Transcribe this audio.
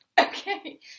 Okay